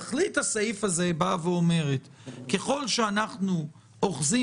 תכלית הסעיף הזה היא שככל שאנחנו אוחזים